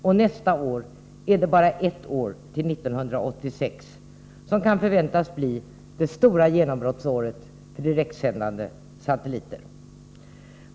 Och nästa år är det bara ett år till 1986, som kan förväntas bli det stora genombrottsåret för direktsändande satelliter.